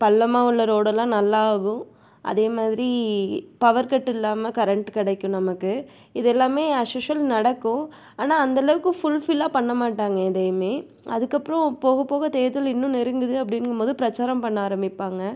பள்ளமாக உள்ள ரோடெல்லாம் நல்லா ஆகும் அதேமாதிரி பவர் கட் இல்லாமல் கரண்ட் கிடைக்கும் நமக்கு இது எல்லாமே அஸ் யூஷ்வல் நடக்கும் ஆனால் அந்த அளவுக்கு ஃபுல்ஃபில்லாக பண்ண மாட்டாங்க எதையுமே அதுக்கப்றம் போக போக தேர்தல் இன்னும் நெருங்குது அப்படிங்கும் போது பிரச்சாரம் பண்ண ஆரம்மிப்பாங்க